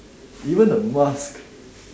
even the mask